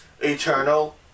Eternal